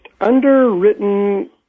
underwritten